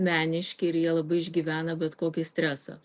meniški ir jie labai išgyvena bet kokį stresą